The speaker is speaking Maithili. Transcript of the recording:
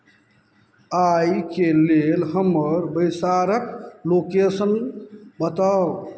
आइके लेल हमर बैसारक लोकेशन बताउ